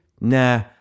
Nah